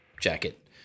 jacket